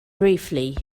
briefly